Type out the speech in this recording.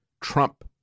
Trump